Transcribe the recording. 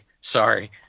sorry